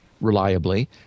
reliably